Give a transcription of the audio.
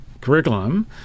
curriculum